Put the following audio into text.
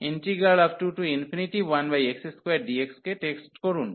21x2dx কে test করুন